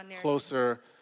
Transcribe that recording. closer